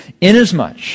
Inasmuch